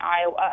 Iowa